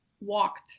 walked